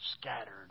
scattered